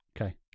Okay